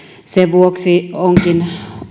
sen vuoksi onkin